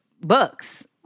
books